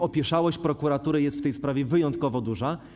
Opieszałość prokuratury jest w tej sprawie wyjątkowo duża.